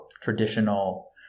traditional